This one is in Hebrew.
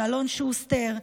אלון שוסטר,